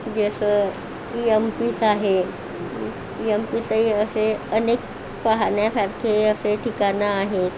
जसं यम पीत आहे यम पीतही असे अनेक पाहण्यासारखे असे ठिकाणं आहेत